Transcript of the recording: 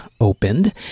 opened